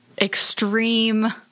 extreme